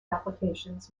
applications